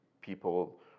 people